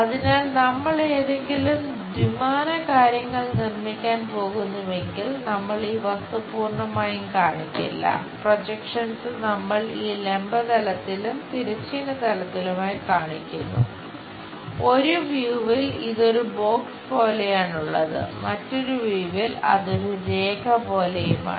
അതിനാൽ നമ്മൾ ഏതെങ്കിലും ദ്വിമാന കാര്യങ്ങൾ നിർമ്മിക്കാൻ പോകുന്നുവെങ്കിൽ നമ്മൾ ഈ വസ്തു പൂർണ്ണമായും കാണിക്കില്ല പ്രോജെക്ഷൻസ് അതൊരു രേഖ പോലെയുമാണ്